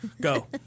Go